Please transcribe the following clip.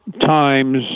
times